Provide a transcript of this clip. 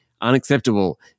unacceptable